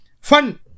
Fun